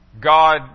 God